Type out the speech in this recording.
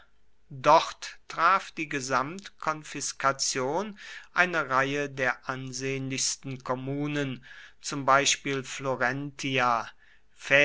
dort traf die gesamtkonfiskation eine reihe der ansehnlichsten kommunen zum beispiel florentia